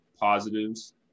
positives